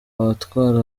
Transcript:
abatwara